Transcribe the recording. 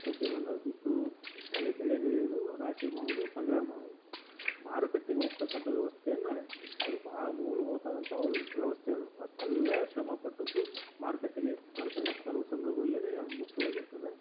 ಬಂದಾಗ ಬಿತ್ತುವುದು ಒಳ್ಳೆಯ ಬೆಳೆ ಬೆಳ್ಯೋದು ರಾಶಿ ಮಾಡುವುದು ಸಂಗ್ರಹ ಮಾಡುವುದು ಮಾರುಕಟ್ಟೆಗೆ ಹೋಗತಕ್ಕಂಥ ವ್ಯವಸ್ಥೆಯನ್ನು ಅವ್ರಿಗೆ ಭಾಳ ಮೂಲ್ಭೂತ ಆದಂಥ ವ್ಯವಸ್ಥೆ ಅದು ಅಷ್ಟೆಲ್ಲ ಶ್ರಮಪಟ್ಟಿದ್ದು ಮಾರುಕಟ್ಟೆಗೆ ತರ್ತ ತರೋ ಸಂದರ್ಭದಲ್ಲೆ ಮುಖ್ಯವಾಗಿರ್ತದೆ